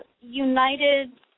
united